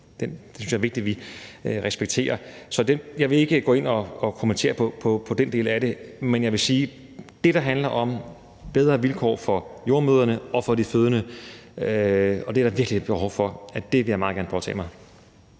den synes jeg det er vigtigt at vi respekterer. Så jeg vil ikke gå ind og kommentere på den del af det. Men jeg vil sige, at det, der handler om bedre vilkår for jordemødrene og for de fødende, er der virkelig et behov for, og det vil jeg meget gerne påtage mig.